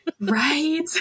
Right